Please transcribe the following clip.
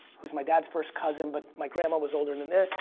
who's my dad's first cousin but my grandma was older and than that.